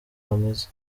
hameze